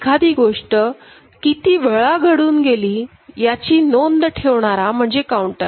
एखादी गोष्ट किती वेळा घडून गेली याची नोंद ठेवणारा म्हणजे काउंटर